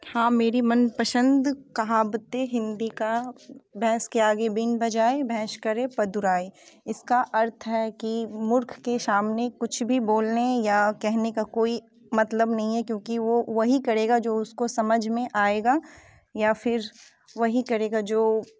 हाँ मेरी मनपसंद काहावतें हिंदी की भैंस के आगे बीन बजाए भैंस करे पदुराए इसका अर्थ है कि मूर्ख के सामने कुछ भी बोलने या कहने का कोई मतलब नहीं है क्योंकि वो वही करेगा जो उसको समझ में आएगा या फिर वही करेगा जो